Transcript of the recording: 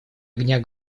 огня